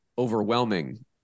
overwhelming